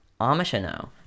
Amishano